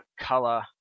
color